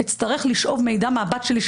אצטרך לשאוב מידע מהבת שלי,